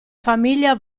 famiglia